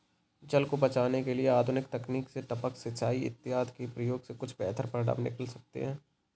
जल को बचाने के लिए आधुनिक तकनीक से टपक सिंचाई इत्यादि के प्रयोग से कुछ बेहतर परिणाम निकल सकते हैं